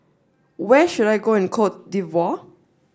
where should I go in Cote d'Ivoire